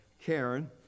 Karen